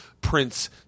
prince